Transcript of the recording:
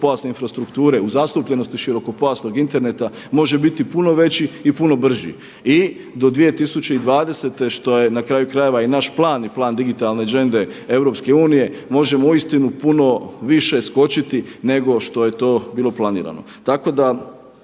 širokopojasne infrastrukture, u zastupljenosti širokopojasnog interneta može biti puno veći i puno brži. I do 2020. što je na kraju krajeva i naš plan i plan digitalne Agende EU možemo uistinu puno više skočiti nego što je to bilo planirano.